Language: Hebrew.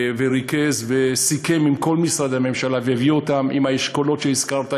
הוא ריכז וסיכם עם כל משרדי הממשלה והביא אותם עם האשכולות שהזכרת,